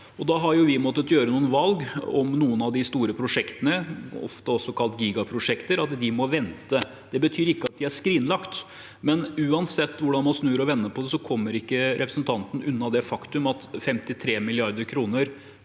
Da har vi måttet ta noen valg om at noen av de store prosjektene, ofte også kalt gigaprosjekter, må vente. Det betyr ikke at de er skrinlagt, men uansett hvordan man snur og vender på det, kommer ikke representanten Wold unna det faktum at 53 mrd. kr